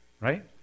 right